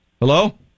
Hello